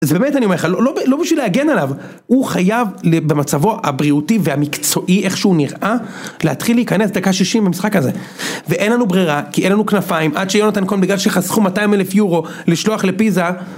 זה באמת אני אומר לך, לא בשביל להגן עליו, הוא חייב במצבו הבריאותי והמקצועי איך שהוא נראה, להתחיל להיכנס דקה שישים במשחק הזה. ואין לנו ברירה, כי אין לנו כנפיים עד שיונתן כהן בגלל שחסכו 200,000 יורו לשלוח לפיזה.